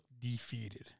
defeated